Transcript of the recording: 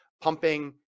pumping